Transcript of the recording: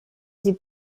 sie